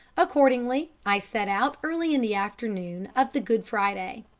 accordingly i set out early in the afternoon of the good friday.